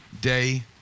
day